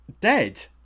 dead